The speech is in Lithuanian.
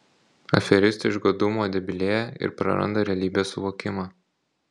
aferistai iš godumo debilėja ir praranda realybės suvokimą